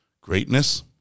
greatness